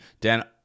Dan